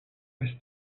west